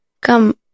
come